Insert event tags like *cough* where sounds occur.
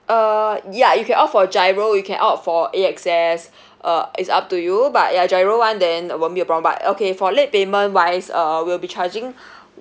uh ya if you're opt for GIRO you can opt for A_X_S *breath* uh it's up to you but ya GIRO [one] then won't be a problem but uh okay for late payment wise uh we'll be charging *breath*